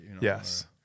Yes